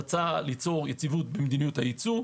יציבות במדיניות הייצוא,